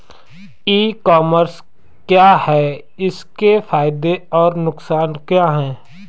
ई commerce क्या है इसके फायदे और नुकसान क्या है?